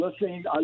listening